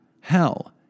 hell